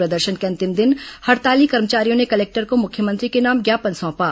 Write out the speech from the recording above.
प्रदर्शन के अंतिम दिन हड़ताली कर्मचारियों ने कलेक्टर को मुख्यमंत्री के नाम ज्ञापन सौंपा